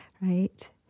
right